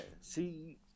see